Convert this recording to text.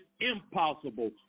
impossible